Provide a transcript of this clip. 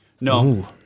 No